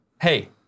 Hey